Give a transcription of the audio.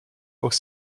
aux